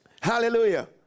Hallelujah